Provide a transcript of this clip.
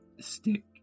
stick